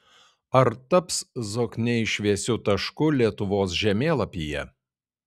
ar taps zokniai šviesiu tašku lietuvos žemėlapyje